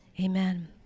Amen